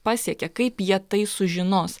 pasiekė kaip jie tai sužinos